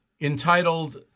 entitled